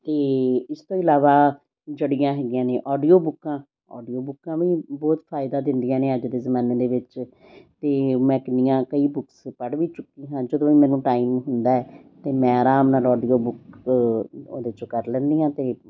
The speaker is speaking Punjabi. ਅਤੇ ਇਸ ਤੋਂ ਇਲਾਵਾ ਜਿਹੜੀਆਂ ਹੈਗੀਆਂ ਨੇ ਆਡੀਓ ਬੁੱਕਾਂ ਆਡੀਓ ਬੁੱਕਾਂ ਵੀ ਬਹੁਤ ਫਾਇਦਾ ਦਿੰਦੀਆਂ ਨੇ ਅੱਜ ਦੇ ਜਮਾਨੇ ਦੇ ਵਿੱਚ ਤਾਂ ਮੈਂ ਕਿੰਨੀਆਂ ਕਈ ਬੁੱਕਸ ਪੜ੍ਹ ਵੀ ਚੁੱਕੇ ਹਾਂ ਜਦੋਂ ਵੀ ਮੈਨੂੰ ਟਾਈਮ ਹੁੰਦਾ ਤਾਂ ਮੈਂ ਆਰਾਮ ਨਾਲ ਆਡੀਓ ਬੁੱਕ ਉਹਦੇ 'ਚੋਂ ਕਰ ਲੈਂਦੀ ਹਾਂ ਅਤੇ